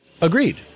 Agreed